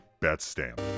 Betstamp